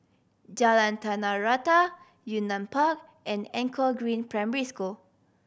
Jalan Tanah Rata Yunnan Park and Anchor Green Primary School